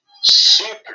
super